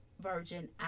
Virgin